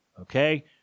okay